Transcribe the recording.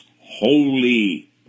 holy